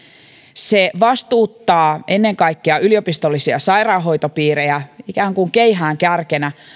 se vastuuttaa ennen kaikkea yliopistollisia sairaanhoitopiirejä ikään kuin keihäänkärkenä